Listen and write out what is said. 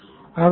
professor ओह